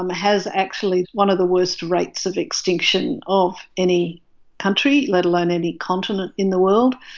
um has, actually, one of the worst rates of extinction of any country, let alone any continent in the world.